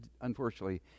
Unfortunately